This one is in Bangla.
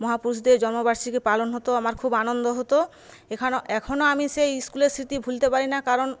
মহাপুরুষদের জন্মবার্ষিকী পালন হতো আমার খুব আনন্দ হতো এখানও এখনও আমি সেই স্কুলের স্মৃতি ভুলতে পারি না কারণ